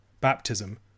Baptism